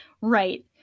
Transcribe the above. Right